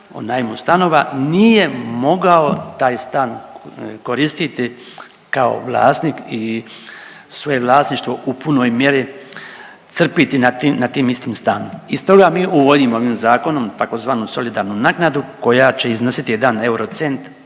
o najmu stanova nije mogao taj stan koristiti kao vlasnik i svoje vlasništvo u punoj mjeri crpiti nad tim istim stanom i stoga mi uvodimo ovim zakonom tzv. solidarnu naknadu koja će iznositi jedan euro cent